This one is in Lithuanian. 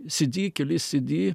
cd kelis cd